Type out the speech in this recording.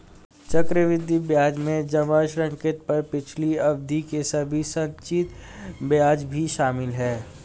चक्रवृद्धि ब्याज में जमा ऋण पर पिछली अवधि के सभी संचित ब्याज भी शामिल हैं